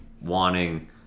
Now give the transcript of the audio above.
wanting